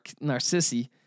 Narcissi